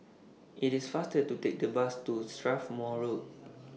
IT IS faster to Take The Bus to Strathmore Road